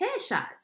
headshots